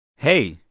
hey,